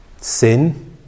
Sin